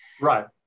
Right